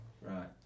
Right